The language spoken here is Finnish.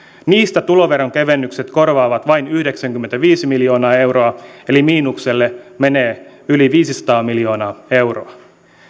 niistä tuloveron kevennykset korvaavat vain yhdeksänkymmentäviisi miljoonaa euroa eli miinukselle menee yli viisisataa miljoonaa euroa